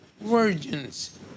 virgins